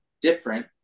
different